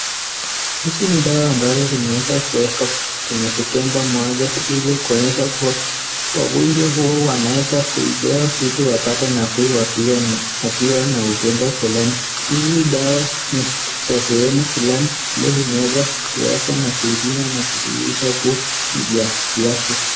Hizi ni dawa ambazo zimeweza kuekwa kwenye vikebe moja ili kuonyesha kuwa wagonjwa huwa wanaweza kupewa ili wapate nafuu wakiwa na ugonjwa fulani, hii dawa ni za sehemu fulani ambayo inaweza kuwekwa na kuipima kuthibitisha kuwa ni ya kiafya.